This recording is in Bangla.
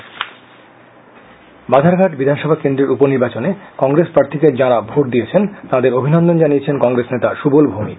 কংগ্রেস বাধারঘাট বিধানসভা কেন্দ্রের উপনির্বাচনে কংগ্রেস প্রার্থীকে যারা ভোট দিয়েছেন তাদের অভিনন্দন জানিয়েছেন কংগ্রেস নেতা সুবল ভৌমিক